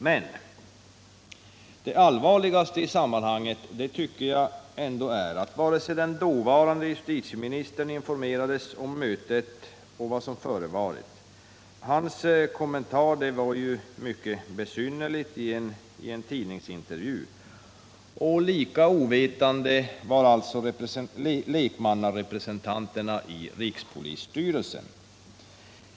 Men det allvarligaste i sammanhanget tycker jag är att den dåvarande justitieministern varken informerades om mötet eller om vad som förevarit. Hans kommentar i en tidningsintervju var: ”Mycket besynnerligt.” Lika ovetande var lekmannarepresentanterna i rikspolisstyrelsen.